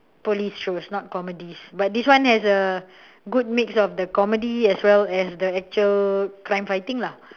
police shows not comedies but this one has a good mix of the comedy as well as the actual crime fighting lah